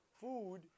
food